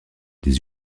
des